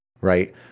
right